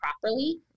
properly